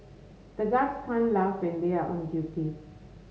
the guards can't laugh when they are on duty